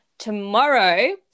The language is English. Tomorrow